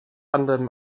anderem